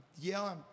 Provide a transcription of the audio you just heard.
yelling